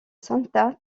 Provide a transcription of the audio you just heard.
santa